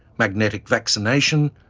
magnetic vaccination,